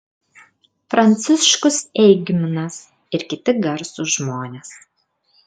pranciškus eigminas ir kiti garsūs žmonės